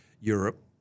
Europe